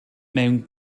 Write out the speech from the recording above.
mewn